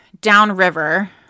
downriver